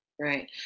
Right